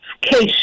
case